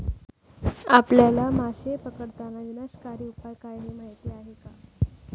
आपल्या मासे पकडताना विनाशकारी उपाय काय आहेत हे माहीत आहे का?